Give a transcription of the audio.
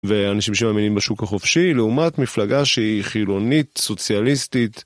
ואנשים שמאמינים בשוק החופשי לעומת מפלגה שהיא חילונית, סוציאליסטית.